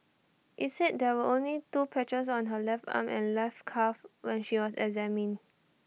IT said there were only the two patches on her left arm and left calf when she was examined